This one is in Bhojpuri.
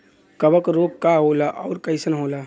कवक रोग का होला अउर कईसन होला?